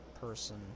person